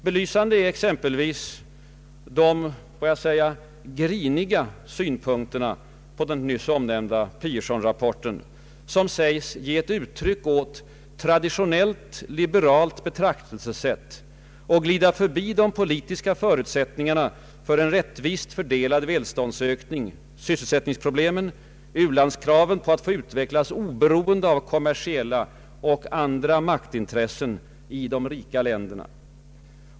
Belysande är exempelvis de får jag säga griniga synpunkterna på den nyss omnämnda Pearsonrapporten, som sägs ge uttryck åt ”traditionellt liberait betraktelsesätt och glida förbi de politiska förutsättningarna för en rättvist fördelad välståndsökning: sysselsättningsproblemen, u-landskraven på att få utvecklas oberoende av kommersiella och andra maktintressen i de rika länderna”.